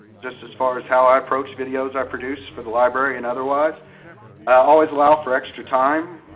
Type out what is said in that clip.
just as far as how i approach videos i produce for the library and otherwise. i always allow for extra time.